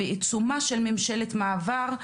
בעיצומה של ממשלת מעבר,